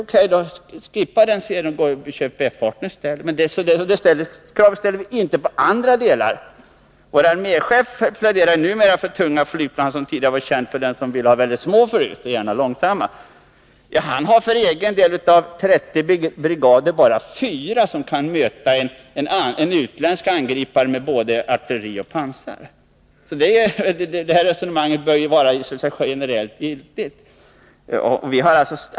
O. K., skippa den serien och köp F 18 i stället! Men det kravet ställs inte på Viggen, bara på JAS. Vår arméchef pläderar numera för tunga flygplan, fast han tidigare var känd för att vilja ha mycket små och gärna långsamma flygplan. Han har för egen del, av 30 brigader, bara fyra som öppet kan möta en utländsk angripare med både artilleri och pansar. Resonemanget kunde vara generellt giltigt.